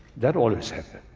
that always happens.